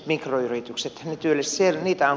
niitä on kaikkein eniten